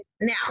now